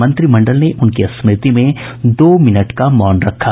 मंत्रिमंडल ने उनकी स्मृति में दो मिनट का मौन रखा